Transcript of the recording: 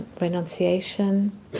renunciation